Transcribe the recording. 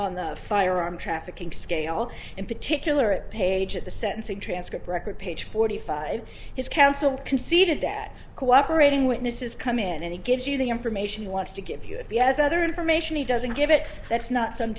on the firearm trafficking scale in particular page at the sentencing transcript record page forty five his counsel conceded that cooperating witnesses come in and he gives you the information he wants to give you a view as other information he doesn't give it that's not some